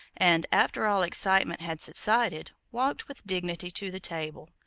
and, after all excitement had subsided, walked with dignity to the table,